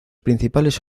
principales